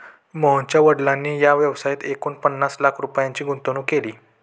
मोहनच्या वडिलांनी या व्यवसायात एकूण पन्नास लाख रुपयांची गुंतवणूक केली